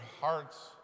hearts